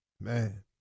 man